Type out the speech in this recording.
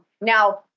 Now